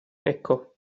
ecco